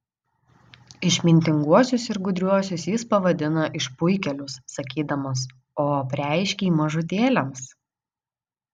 išmintinguosius ir gudriuosius jis pavadina išpuikėlius sakydamas o apreiškei mažutėliams